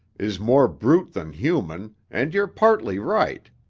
is more brute than human and you're partly right.